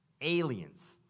aliens